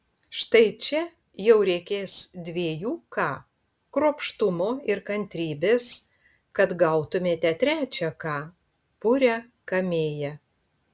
štai čia jau reikės dviejų k kruopštumo ir kantrybės kad gautumėte trečią k purią kamėją